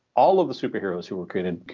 all of the superheroes who were created,